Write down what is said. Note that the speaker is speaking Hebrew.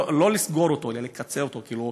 לא לסגור אותו, אלא להקטין אותו, כאילו.